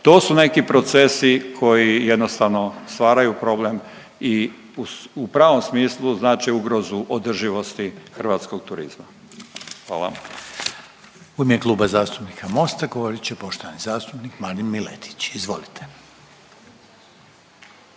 To su neki procesi koji jednostavno stvaraju problem i u pravom smislu znače ugrozu održivosti hrvatskog turizma. Hvala. **Jandroković, Gordan (HDZ)** U ime Kluba zastupnika Mosta govorit će poštovani zastupnik Marin Miletić, izvolite.